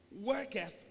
Worketh